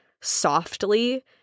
softly –